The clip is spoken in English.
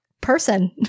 person